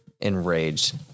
enraged